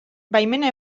baimena